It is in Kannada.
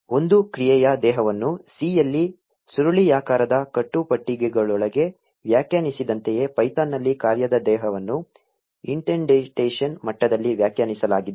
ಒಂದು ಕ್ರಿಯೆಯ ದೇಹವನ್ನು C ಯಲ್ಲಿ ಸುರುಳಿಯಾಕಾರದ ಕಟ್ಟುಪಟ್ಟಿಗಳೊಳಗೆ ವ್ಯಾಖ್ಯಾನಿಸಿದಂತೆಯೇ ಪೈಥಾನ್ನಲ್ಲಿ ಕಾರ್ಯದ ದೇಹವನ್ನು ಇಂಡೆಂಟೇಶನ್ ಮಟ್ಟದಲ್ಲಿ ವ್ಯಾಖ್ಯಾನಿಸಲಾಗಿದೆ